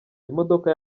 imodoka